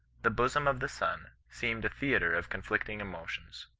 the bosom of the son seemed a theatre of conflicting emotions.